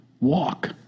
walk